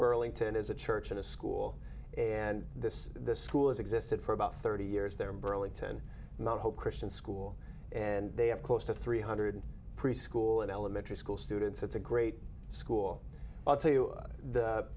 burlington is a church and a school and this the school has existed for about thirty years there burlington mt hope christian school and they have close to three hundred preschool and elementary school students it's a great school i'll tell you the